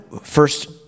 first